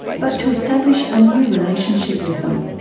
but to establish a new relationship with them.